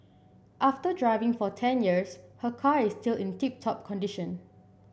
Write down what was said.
after driving for ten years her car is still in tip top condition